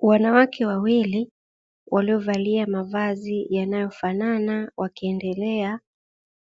Wanawake wawili waliovalia mavazi yaliyofanana wakiendelea